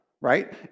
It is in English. right